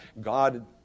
God